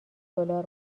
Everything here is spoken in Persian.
دلار